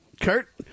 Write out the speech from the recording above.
Kurt